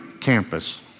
campus